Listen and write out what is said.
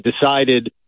decided